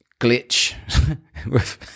glitch